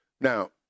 Now